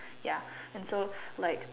ya and so like